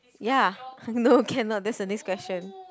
ya no cannot that's the next question